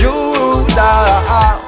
Judas